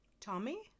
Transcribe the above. Tommy